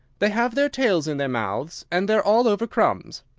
they have their tails in their mouths and they're all over crumbs.